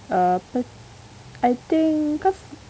uh cause I think cause